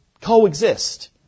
coexist